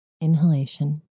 inhalation